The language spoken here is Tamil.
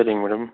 சரிங்க மேடம்